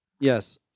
Yes